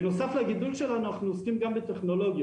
בנוסף לגידול שלנו אנחנו עוסקים גם בטכנולוגיות.